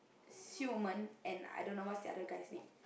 Xi Men and I don't know what's the other guy's name